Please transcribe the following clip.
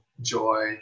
joy